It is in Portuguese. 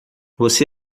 você